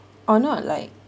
oh not like